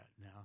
Now